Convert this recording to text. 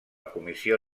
comissió